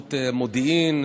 באמצעות מודיעין,